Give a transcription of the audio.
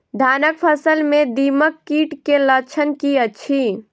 धानक फसल मे दीमक कीट केँ लक्षण की अछि?